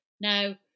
Now